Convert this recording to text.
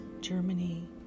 Germany